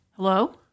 Hello